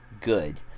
good